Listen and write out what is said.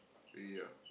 ya